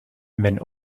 wenn